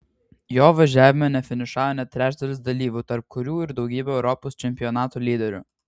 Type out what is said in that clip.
jo važiavime nefinišavo net trečdalis dalyvių tarp kurių ir daugybė europos čempionato lyderių